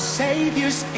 saviors